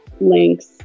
links